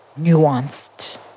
nuanced